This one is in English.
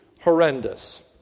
horrendous